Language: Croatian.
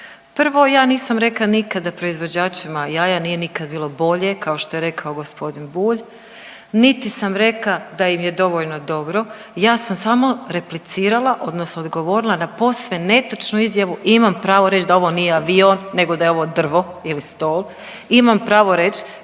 Prvo, ja nisam rekla nikada proizvođačima jaja nije nikad bilo bolje kao što je rekao g. Bulj, niti sam rekla da im je dovoljno dobro, ja sam samo replicirala odnosno odgovorila na posve netočnu izjavu i imam pravo reć da ovo nije avion nego da je ovo drvo ili stol, imam pravo reć